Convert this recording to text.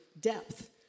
depth